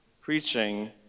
preaching